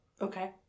Okay